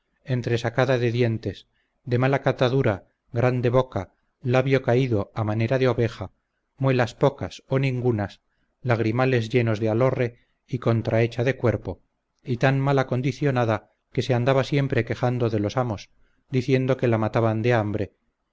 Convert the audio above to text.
muchos años entresacada de dientes de mala catadura grande boca labio caído a manera de oveja muelas pocas o ningunas lagrimales llenos de alhorre y contrahecha de cuerpo y tan mal acondicionada que se andaba siempre quejando de los amos diciendo que la mataban de hambre